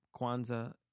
Kwanzaa